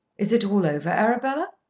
is it all over, arabella?